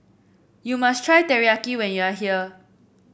you must try Teriyaki when you are here